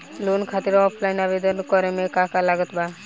Loan खातिर offline आवेदन करे म का का लागत बा?